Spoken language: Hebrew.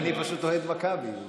אני פשוט אוהד מכבי.